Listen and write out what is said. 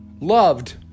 loved